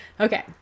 Okay